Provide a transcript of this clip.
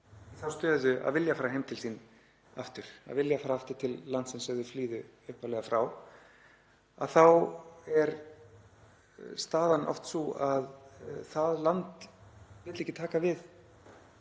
þá stöðu að vilja fara aftur heim til sín, að vilja fara aftur til landsins sem þau flýðu upphaflega frá. Þá er staðan oft sú að það land vill ekki taka við